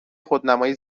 خودنمایی